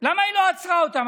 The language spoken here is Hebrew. למה היא לא עצרה אותם?